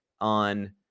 on